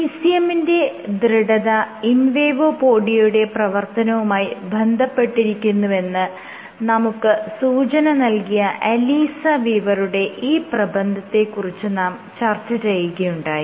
ECM ന്റെ ദൃഢത ഇൻവേഡോപോഡിയയുടെ പ്രവർത്തനവുമായി ബന്ധപ്പെട്ടിരിക്കുന്നുവെന്ന് നമുക്ക് സൂചന നൽകിയ അലിസ്സ വീവറുടെ ഈ പ്രബന്ധത്തെക്കുറിച്ച് നാം ചർച്ച ചെയ്യുകയുണ്ടായി